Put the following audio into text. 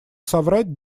соврать